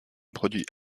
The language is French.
produit